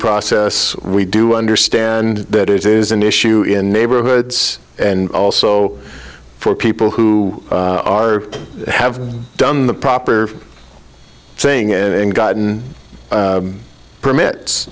process we do understand that it is an issue in neighborhoods and also for people who are have done the proper saying it and gotten permits